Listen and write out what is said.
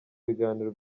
biganiro